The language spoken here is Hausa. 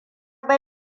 ba